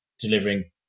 delivering